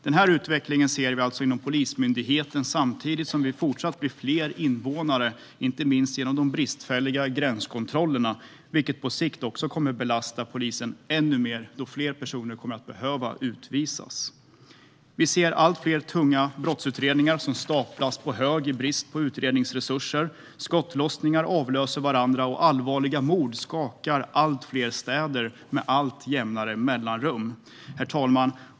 Denna utveckling ser vi alltså inom Polismyndigheten samtidigt som vi fortsatt blir fler invånare, inte minst genom de bristfälliga gränskontrollerna, vilket på sikt även kommer att belasta polisen ännu mer då fler personer kommer att behöva utvisas. Vi ser allt fler tunga brottsutredningar som staplas på hög i brist på utredningsresurser. Skottlossningar avlöser varandra, och allvarliga mord skakar allt fler städer med allt jämnare mellanrum. Herr talman!